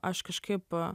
aš kažkaip